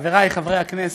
חבריי חברי הכנסת,